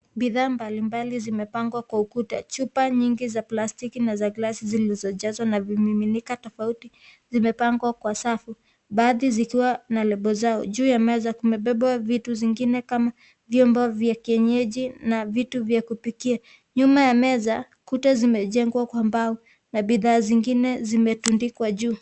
Bidhaa mbalimbali zimepangwa kwa ukuta . Chupa mingi za plastiki na za glasi zilizojazwa na vimiminika tofauti zimepangwa kwa safu. Baadhi zikiwa na label zao. Juu ya meza kumebebwa vitu zingine kama vyombo vya kienyeji na vitu vya kupikia. Nyuma ya meza, kuta zimejengwa kwa mbao, na bidhaa zingine zimetundikwa juu.